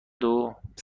پوند